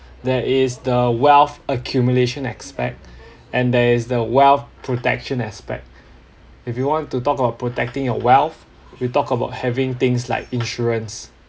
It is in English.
there is the wealth accumulation aspect and there is the wealth protection aspect if you want to talk about protecting your wealth you talk about having things like insurance